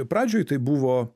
pradžioj tai buvo